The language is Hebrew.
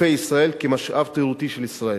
חופי ישראל כמשאב תיירותי של ישראל.